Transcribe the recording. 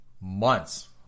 months